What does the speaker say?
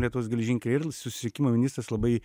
lietuvos geležinkeliai ir susisiekimo ministras labai